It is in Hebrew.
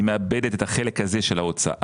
היא מאבדת את החלק הזה של ההוצאה,